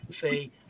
say